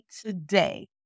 today